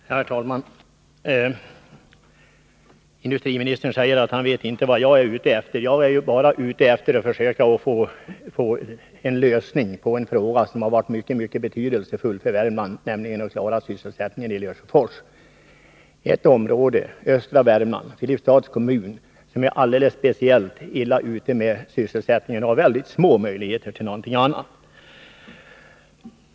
Herr talman! Industriministern säger att han inte vet vad jag är ute efter. Jag är bara ute efter att försöka få till stånd en lösning på en fråga som har varit mycket betydelsefull för Värmland, nämligen att klara sysselsättningen iLesjöfors. Det gäller Filipstads kommun i östra Värmland, vilken är alldeles speciellt illa ute när det gäller sysselsättningen och där det finns mycket små möjligheter till annan verksamhet.